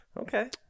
Okay